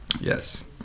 Yes